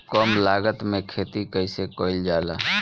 कम लागत में खेती कइसे कइल जाला?